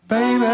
Baby